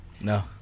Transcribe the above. No